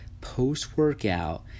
post-workout